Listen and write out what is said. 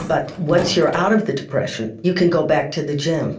but once you are out of the depression you can go back to the gym.